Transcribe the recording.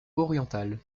orientales